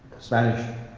spanish